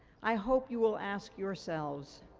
i hope you will ask yourselves,